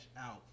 out